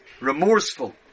remorseful